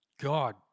God